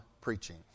preaching